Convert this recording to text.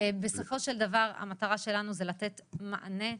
בסופו של דבר המטרה שלנו זה לתת מענה.